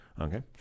Okay